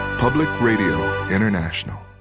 public radio international.